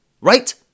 Right